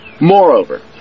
Moreover